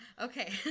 okay